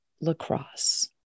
lacrosse